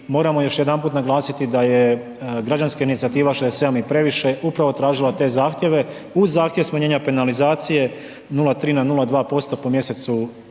moramo još jedanput naglasiti da je građanska inicijativa 67 je previše upravo tražila te zahtjeve uz zahtjev smanjenja penalizacije 0,3 na 0,2% po mjesecu